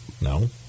No